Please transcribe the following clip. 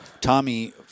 Tommy